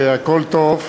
הכול טוב.